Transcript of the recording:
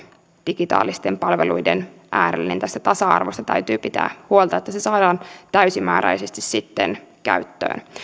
digitaalisten palveluiden äärelle eli tästä tasa arvosta täytyy pitää huolta että se saadaan täysimääräisesti sitten käyttöön